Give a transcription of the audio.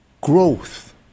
growth